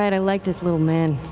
i like this little man.